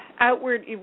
Outward